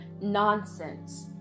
nonsense